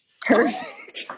Perfect